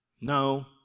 No